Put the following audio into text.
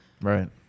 Right